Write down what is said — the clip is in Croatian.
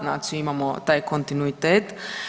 Znači imamo taj kontinuitet.